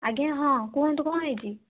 ଆଜ୍ଞା ହଁ କୁହନ୍ତୁ କ'ଣ ହେଇଛି